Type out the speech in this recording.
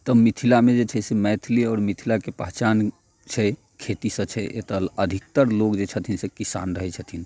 तऽ मिथिलामे जे छै से मैथिली आओर मिथिलाके पहचान छै खेतीसँ छै एतऽ अधिकतर लोग जे छथिन से किसान रहैत छथिन